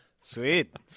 Sweet